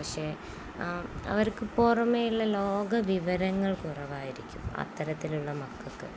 പക്ഷേ അവർക്കു പുറമേയുള്ള ലോക വിവരങ്ങൾ കുറവായിരിക്കും അത്തരത്തിലുള്ള മക്കള്ക്ക്